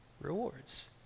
rewards